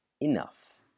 enough